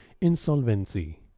insolvency